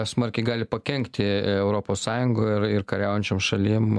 smarkiai gali pakenkti europos sąjungoj ir ir kariaujančiom šalim